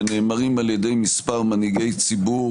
שנאמרים על ידי מספר מנהיגי ציבור